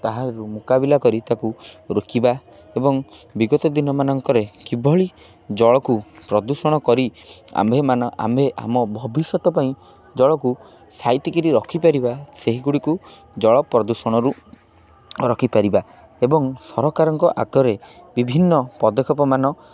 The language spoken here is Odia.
ତା ରୁ ମୁକାବିଲା କରି ତାକୁ ରୋକିବା ଏବଂ ବିଗତ ଦିନ ମାନଙ୍କରେ କିଭଳି ଜଳକୁ ପ୍ରଦୂଷଣ କରି ଆମ୍ଭେ ମାନ ଆମ୍ଭେ ଆମ ଭବିଷ୍ୟତ ପାଇଁ ଜଳକୁ ସାଇତିକିରି ରଖିପାରିବା ସେହିଗୁଡ଼ିକୁ ଜଳ ପ୍ରଦୂଷଣରୁ ରଖିପାରିବା ଏବଂ ସରକାରଙ୍କ ଆଗରେ ବିଭିନ୍ନ ପଦକ୍ଷେପ ମାନ